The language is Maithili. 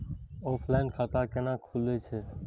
ऑफलाइन खाता कैना खुलै छै?